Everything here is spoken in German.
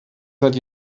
seit